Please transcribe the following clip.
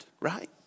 right